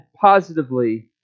positively